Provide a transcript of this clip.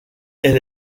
elle